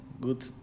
Good